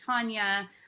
Tanya